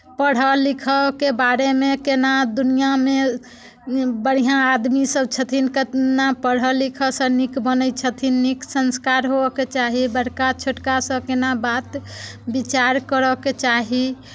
पढ़य लिखयके बारेमे केना दुनिआँमे बढ़िआँ आदमीसभ छथिन केतना पढ़य लिखयसँ नीक बनैत छथिन नीक संस्कार होअके चाही बड़का छोटका सभ केना बात विचार करयके चाही